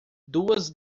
duas